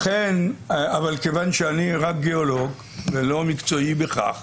אבל כיוון שאני רק גיאולוג, ולא מקצועי בכך,